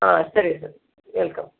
ಹಾಂ ಸರಿ sir welcome